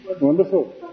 wonderful